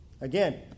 Again